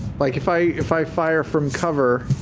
like, if i if i fire from cover,